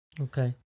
okay